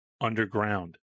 underground